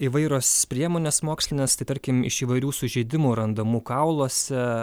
įvairios priemonės mokslinės tai tarkim iš įvairių sužeidimų randamų kauluose